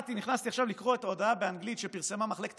נכנסתי עכשיו לקרוא את ההודעה באנגלית שפרסמה מחלקת